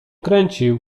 kręcił